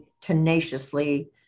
tenaciously